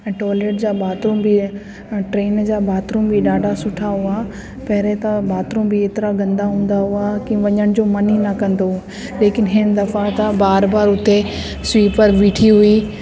ऐं टॉयलेट जा बाथरूम बि ट्रेन जा बाथरूम बि ॾाढा सुठा हुआ पहिरें त बाथरूम बि हेतिरा गंदा हूंदा हुआ कि वञण जो मन ई न कंदो लेकिन हिन दफ़ा त बार बार हुते स्वीपर बीठी हुई